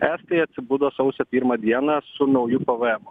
estai atsibudo sausio pirmą dieną su nauju p v emu